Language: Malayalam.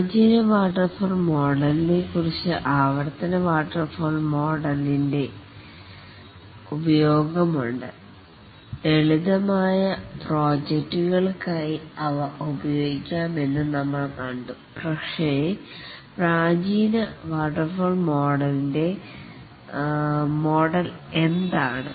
പ്രാചീന വാട്ടർഫാൾ മോഡലിനെക്കുറിച് ആവർത്തന വാട്ടർഫാൾ മോഡലിനു ഉപയോഗമുണ്ട് ലളിതമായ പ്രോജക്ടുകൾക്ക് ആയി അവ ഉപയോഗിക്കാം എന്ന് നമ്മൾ കണ്ടു പക്ഷേ പ്രാചീന വാട്ടർഫാൾ മോഡൽ എന്താണ്